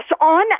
On